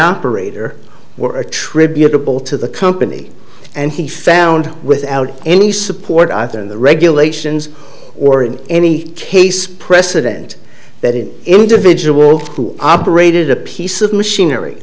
operator were attributable to the company and he found without any support either in the regulations or in any case precedent that an individual who operated a piece of machinery